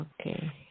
Okay